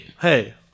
Hey